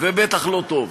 ובטח לא טוב.